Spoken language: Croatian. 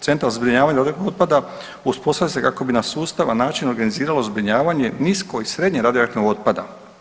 Centar za zbrinjavanje otpada uspostavlja se kako bi na sustavan način organiziralo zbrinjavanje nisko i srednje radioaktivnog otpada.